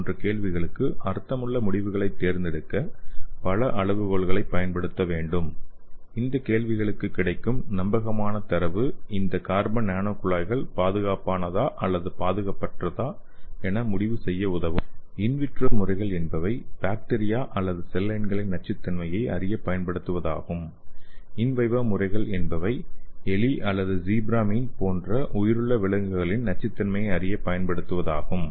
போன்ற கேள்விகளுக்கு அர்த்தமுள்ள முடிவுகளைத் தேர்ந்தெடுக்க பல அளவுகோல்களைப் பயன்படுத்த வேண்டும் இந்த கேள்விகளுக்கு கிடைக்கும் நம்பகமான தரவு இந்த கார்பன் நானோ குழாய்கள் பாதுகாப்பானதா அல்லது பாதுகாப்பற்றதா என்று முடிவு செய்ய உதவும் இன் விட்ரோ முறைகள் என்பவை பாக்டீரியா அல்லது செல் லைன்களின் நச்சுத்தன்மையை அறியப் பயன் படுத்துவதாகும் இன் வைவோ முறைகள் என்பவை எலி அல்லது ஸீப்ரா மீன் போன்ற உயிருள்ள விலங்குகளின் நச்சுத்தன்மையை அறியப் பயன் படுத்துவதாகும்